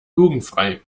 jugendfrei